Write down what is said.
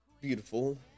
beautiful